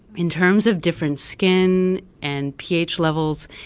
in terms of different skin and ph levels,